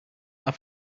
are